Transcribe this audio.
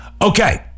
Okay